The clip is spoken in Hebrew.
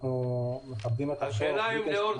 אנחנו מכבדים את החוק בלי קשר --- השאלה אם לאור